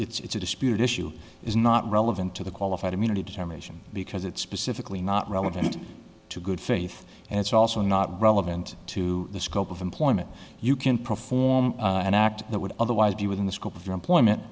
case it's a disputed issue is not relevant to the qualified immunity determination because it's specifically not relevant to good faith and it's also not relevant to the scope of employment you can perform an act that would otherwise be within the scope of your employment